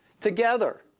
together